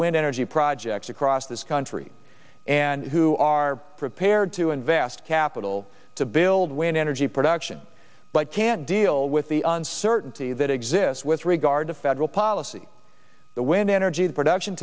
wind energy projects across this country and who are prepared to invest capital to build wind energy production but can't deal with the uncertainty that exists with regard to federal policy the wind energy production